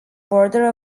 border